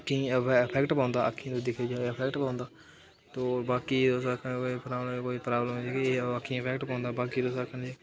अक्खीं इफैक्ट पौंदा अक्खीं दिक्खदे इफैक्ट पौंदा ते बाकी उस आक्खना फलाना भाई अक्खीं इफैक्ट पौंदा बाकी तुस आखने कि